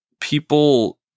people